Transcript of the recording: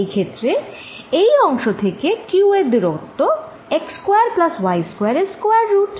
এই ক্ষেত্রে এই অংশ থেকে q এর দূরত্ব x square plus y square এর স্কোয়ার রুট